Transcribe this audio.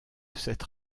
cette